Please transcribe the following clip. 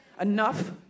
Enough